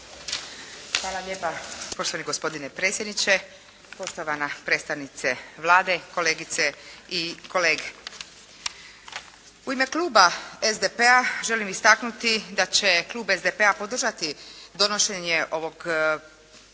Hvala lijepa. Poštovani gospodine predsjedniče, poštovana predstavnice Vlade, kolegice i kolege. U ime kluba SDP-a želim istaknuti da će klub SDP-a podržati donošenje ovog zakona,